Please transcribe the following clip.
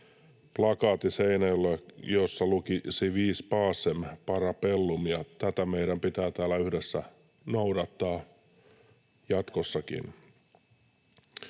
plakaatti Seine-joella, jossa luki ”si vis pacem, para bellum”, ja tätä meidän pitää täällä yhdessä noudattaa jatkossakin.